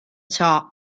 ciò